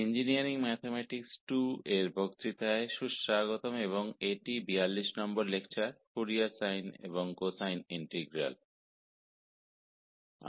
engineering mathematics के इस lecture में एक बार फिर से आपका स्वागत है और यह फोरियर साइन और कोसाइन इंटीग्रल्स का 42वां लेक्चर है